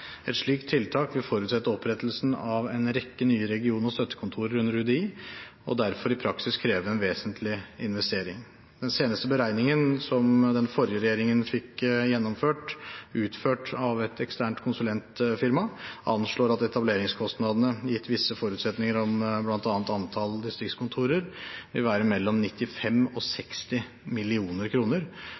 Et slikt tiltak vil forutsette opprettelse av en rekke nye region- og støttekontorer under UDI og derfor i praksis kreve en vesentlig investering. Den seneste beregningen, som den forrige regjeringen fikk utført av et eksternt konsulentfirma, anslår at etableringskostnadene gitt visse forutsetninger om bl.a. antall distriktskontorer vil være mellom 95 og